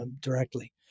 directly